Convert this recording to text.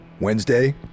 Wednesday